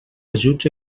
ajuts